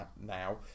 now